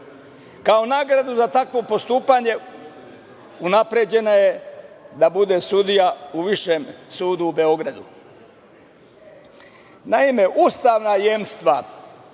kao nagradu za takvo postupanje unapređena je da bude sudija u Višem sudu u Beogradu. Naime, ustavna jemstva